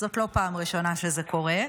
זאת לא פעם ראשונה שזה קורה.